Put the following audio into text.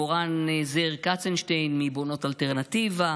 מורן זר קצנשטיין מבונות אלטרנטיבה,